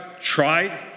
tried